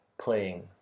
playing